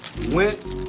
Went